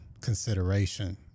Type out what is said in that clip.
consideration